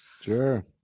Sure